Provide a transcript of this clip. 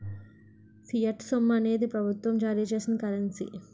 fiat సొమ్ము అనేది ప్రభుత్వం జారీ చేసిన కరెన్సీ